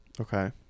Okay